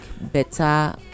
better